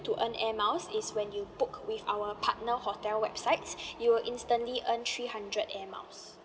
to earn air miles is when you book with our partner hotel websites you will instantly earn three hundred air miles